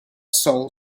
soul